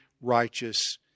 righteous